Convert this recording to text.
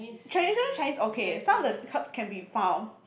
tradition Chinese okay some of the herbs can be found